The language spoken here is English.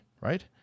right